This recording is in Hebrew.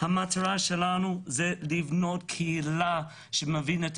המטרה שלנו היא לבנות קהילה שמבינה את